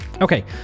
Okay